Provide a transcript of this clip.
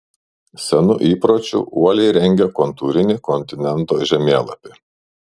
senu įpročiu uoliai rengė kontūrinį kontinento žemėlapį